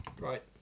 Right